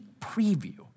preview